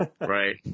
Right